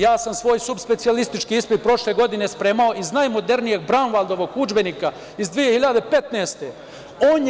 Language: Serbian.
Ja sam svoj subspecijalistički ispit prošle godine spremao iz najmodernijeg Braun Valdijevog udžbenika iz 2015. godine.